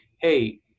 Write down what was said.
hey